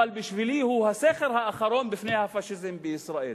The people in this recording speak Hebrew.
אבל בשבילי הוא הסכר האחרון בפני הפאשיזם בישראל,